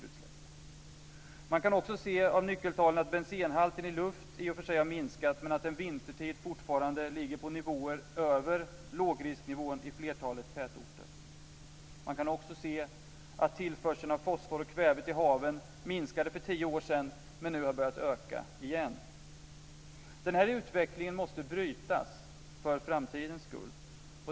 Man kan också se av nyckeltalen att bensenhalten i luft i och för sig har minskat, men att den vintertid fortfarande ligger på nivåer över lågrisknivån i flertalet tätorter. Man kan också se att tillförseln av fosfor och kväve till haven minskade för tio år sedan men nu har börjat öka igen. Den här utvecklingen måste brytas för framtidens skull.